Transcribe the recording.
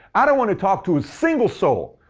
i don't want to talk to a single soul!